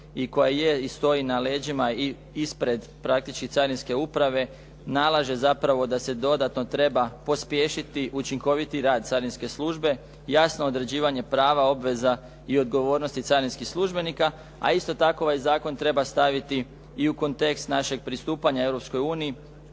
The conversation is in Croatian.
i koja je i stoji na leđima i ispred praktički carinske uprave nalaže zapravo da se dodatno treba pospješiti učinkoviti rad carinske službe, jasno određivanje prava, obveza i odgovornosti carinskih službenika, a isto tako ovaj zakon treba staviti i u kontekst našeg pristupanja Europskoj uniji